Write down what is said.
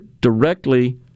directly